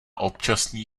občasný